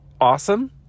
awesome